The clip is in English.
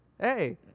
hey